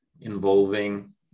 involving